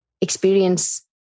experience